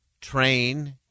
train